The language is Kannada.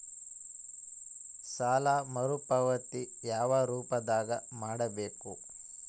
ಸಾಲ ಮರುಪಾವತಿ ಯಾವ ರೂಪದಾಗ ಮಾಡಬೇಕು?